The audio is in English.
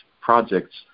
projects